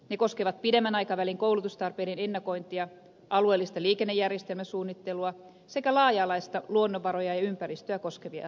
ne koskevat pidemmän aikavälin koulutustarpeiden ennakointia alueellista liikennejärjestelmäsuunnittelua sekä laaja alaisia luonnonvaroja ja ympäristöä koskevia suunnitelmia